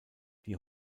die